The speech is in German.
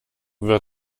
wird